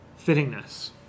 fittingness